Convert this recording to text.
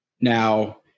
Now